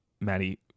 Maddie